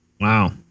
Wow